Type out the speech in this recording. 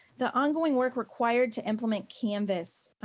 the ongoing work required to implement canvas,